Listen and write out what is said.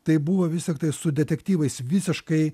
tai buvo vis tiktai su detektyvais visiškai